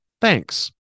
Thanks